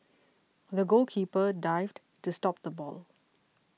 the goalkeeper dived to stop the ball